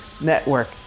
network